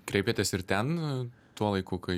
kreipėtės ir ten tuo laiku kai